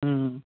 হুম